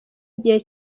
igihe